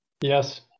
Yes